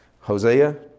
Hosea